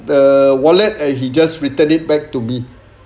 the wallet and he just return it back to me